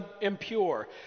impure